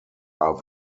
are